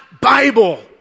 Bible